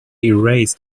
erased